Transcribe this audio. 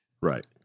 right